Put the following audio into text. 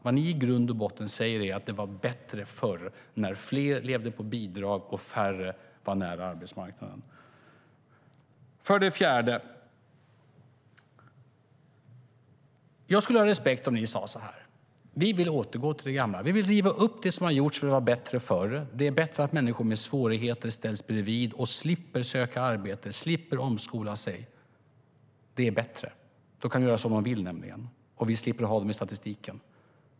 Vad ni i grund och botten säger är att det var bättre förr, när fler levde på bidrag och färre var nära arbetsmarknaden. För det fjärde: Jag skulle ha respekt för om ni sade så här: Vi vill återgå till det gamla. Vi vill riva upp det som har gjorts, för det var bättre förr. Det är bättre att människor med svårigheter ställs bredvid och slipper söka arbete och slipper omskola sig. Det är bättre. Då kan de nämligen göra som de vill, och vi slipper ha dem i statistiken.